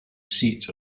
seat